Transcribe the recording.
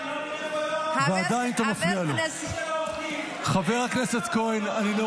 נעצרים ברחובות והוא הולך